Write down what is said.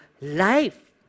life